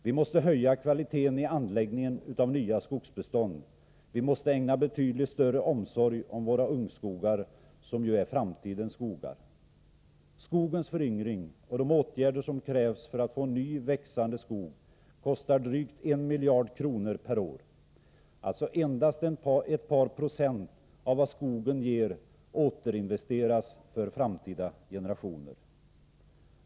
Vi måste höja kvaliteten i anläggningen av nya skogsbestånd. Vi måste ägna betydligt större omsorg om våra ungskogar, som ju är framtidens skogar. Skogens föryngring och de åtgärder som krävs för att vi skall få ny växande skog kostar drygt 1 miljard kronor per år. Alltså: endast ett par procent av vad skogen ger återinvesteras för framtida generationer.